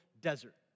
desert